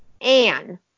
Anne